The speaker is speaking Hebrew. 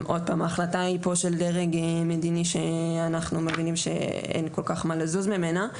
ההחלטה היא פה של דרג מדיני שאנחנו מבינים שאין כל כך מה לזוז ממנה,